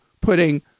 putting